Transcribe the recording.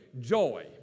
joy